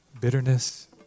bitterness